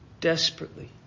desperately